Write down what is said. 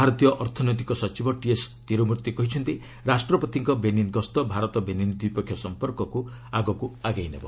ଭାରତୀୟ ଅର୍ଥନୈତିକ ସଚିବ ଟିଏସ୍ ତିରୁମ୍ଭି କହିଛନ୍ତି ରାଷ୍ଟ୍ରପତିଙ୍କ ବେନିନ୍ ଗସ୍ତ ଭାରତ ବେନିନ୍ ଦ୍ୱିପକ୍ଷିୟ ସମ୍ପର୍କକୁ ଆଗକୁ ଆଗେଇ ନେବ